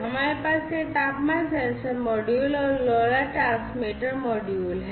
हमारे पास यह तापमान सेंसर मॉड्यूल और LoRa ट्रांसमीटर मॉड्यूल है